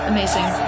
Amazing